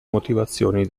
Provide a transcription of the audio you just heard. motivazioni